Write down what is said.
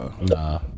Nah